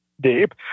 deep